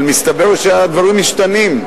אבל מסתבר שהדברים משתנים.